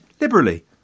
liberally